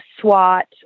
SWAT